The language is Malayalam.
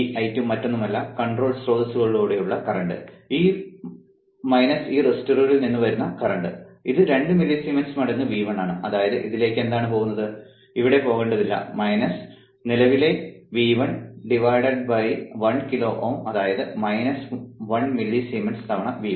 ഈ I2 മറ്റൊന്നുമല്ല കൺട്രോൾ സ്രോതസ്സിലൂടെയുള്ള കറന്റ് ഈ റെസിസ്റ്ററുകളിൽ നിന്ന് വരുന്ന കറന്റ് അത് 2 മില്ലിസീമെൻസ് മടങ്ങ് V1 ആണ് അതായത് ഇതിലേക്ക് എന്താണ് പോകുന്നത് ഇവിടെ പോകേണ്ടതില്ല നിലവിലെ V1 1 കിലോ Ω അതായത് 1 മില്ലിസീമെൻസ് തവണ V1